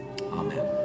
amen